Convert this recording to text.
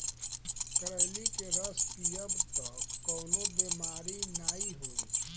करइली के रस पीयब तअ कवनो बेमारी नाइ होई